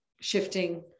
shifting